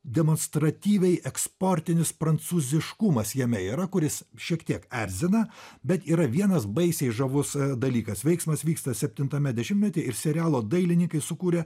demonstratyviai eksportinis prancūziškumas jame yra kuris šiek tiek erzina bet yra vienas baisiai žavus dalykas veiksmas vyksta septintame dešimtmety ir serialo dailininkai sukūrė